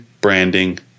branding